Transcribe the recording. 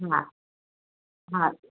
हा हा